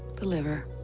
the liver,